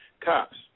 cops